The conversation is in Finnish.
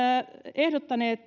ehdottaneet